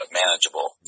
manageable